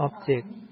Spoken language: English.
object